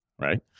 right